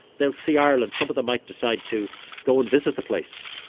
they'll see ireland. some of them might decide to go and visit the place.